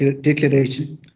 declaration